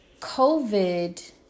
COVID